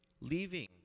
leaving